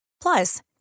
Plus